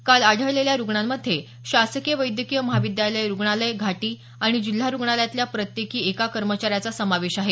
काल आढळलेल्या रूग्णांमध्ये शासकीय वैद्यकीय महाविद्यालय रूग्णालय घाटी आणि जिल्हा रूग्णालयातल्या प्रत्येकी एका कर्मचाऱ्याचा समावेश आहे